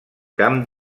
camp